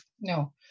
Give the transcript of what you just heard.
no